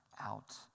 out